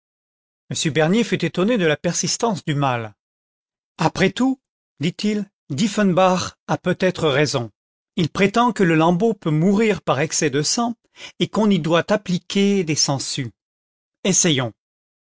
m bernier fut étonné de la persistance du mal après tout dit-il dieffenbach a peut-être raison il prétend que le lambeau peut mourir par excès de sang et qu'on y doit appliquer des sangsues essayons